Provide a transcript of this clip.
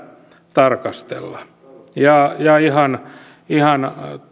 tarkastella ja ihan ihan